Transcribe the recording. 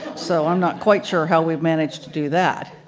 so i'm not quite sure how we have managed to do that.